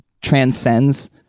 transcends